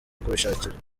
kubishakira